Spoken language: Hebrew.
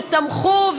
שתמכו,